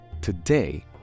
today